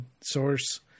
source